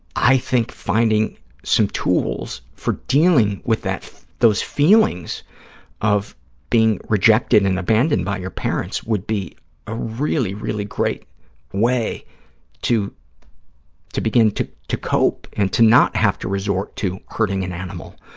i think finding some tools for dealing with those feelings of being rejected and abandoned by your parents would be a really, really great way to to begin to to cope and to not have to resort to hurting an animal.